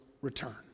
return